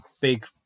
big